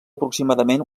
aproximadament